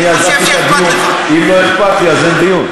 אני עזבתי את הדיון, אם לא אכפת לי אז אין דיון.